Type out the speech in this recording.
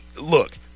Look